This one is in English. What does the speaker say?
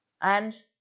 and